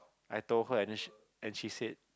I told her and then she and she said